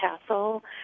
Castle